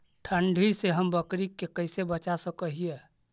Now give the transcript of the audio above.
ठंडी से हम बकरी के कैसे बचा सक हिय?